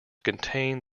contain